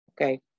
okay